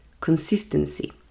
consistency